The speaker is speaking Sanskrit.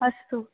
अस्तु